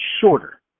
shorter